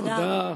תודה.